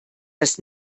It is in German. das